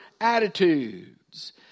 attitudes